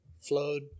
flowed